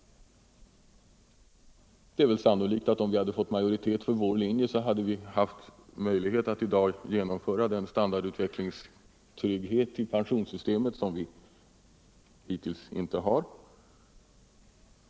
Det är väl sannolikt att om vi hade fått majoritet för vår linje hade det i dag funnits möjligheter att genomföra den standardutvecklingstrygghet i pensionssystemet som hittills saknats.